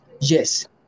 yes